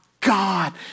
God